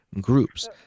groups